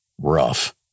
Rough